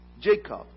Jacob